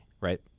right